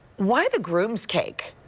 why the grooms cake?